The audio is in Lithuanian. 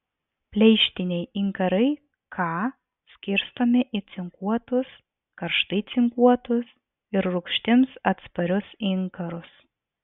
pleištiniai inkarai ka skirstomi į cinkuotus karštai cinkuotus ir rūgštims atsparius inkarus